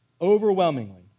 overwhelmingly